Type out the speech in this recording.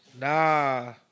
Nah